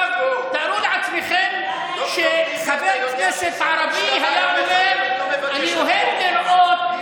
ד"ר טיבי, אתה יודע ששר המשטרה לא מבקש לחקור.